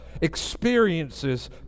experiences